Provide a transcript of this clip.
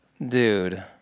Dude